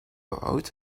out